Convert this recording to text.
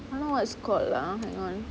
I don't know what it's called lah hang on